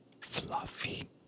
fluffy